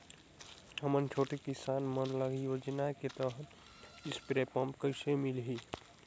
हमन छोटे किसान मन ल योजना के तहत स्प्रे पम्प कइसे मिलही?